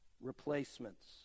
replacements